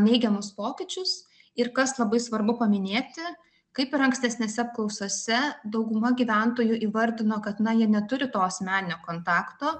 neigiamus pokyčius ir kas labai svarbu paminėti kaip ir ankstesnėse apklausose dauguma gyventojų įvardino kad na jie neturi to asmeninio kontakto